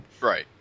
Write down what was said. Right